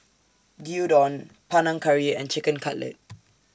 Gyudon Panang Curry and Chicken Cutlet